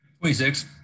26